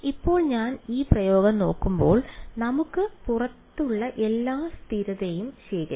ഇപ്പോൾ ഞാൻ ഈ പ്രയോഗം നോക്കുമ്പോൾ നമുക്ക് പുറത്തുള്ള എല്ലാ സ്ഥിരതകളും ശേഖരിക്കാം